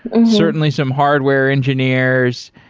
and certainly some hardware engineers.